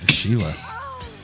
Sheila